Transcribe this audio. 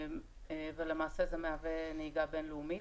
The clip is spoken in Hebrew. ולמעשה זה מהווה נהיגה בין-לאומית.